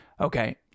Okay